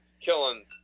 killing